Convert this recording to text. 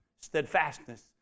steadfastness